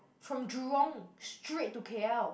from Jurong straight to K_L